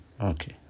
Okay